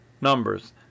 numbers